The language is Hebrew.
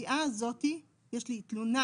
התביעה הזאת, יש לי תלונה,